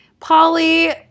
Polly